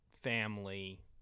family